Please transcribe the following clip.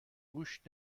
گوشت